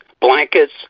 blankets